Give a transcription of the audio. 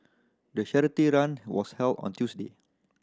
the charity run was held on Tuesday